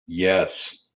yes